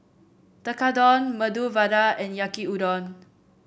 Tekkadon Medu Vada and Yaki Udon